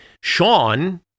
Sean